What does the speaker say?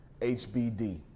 HBD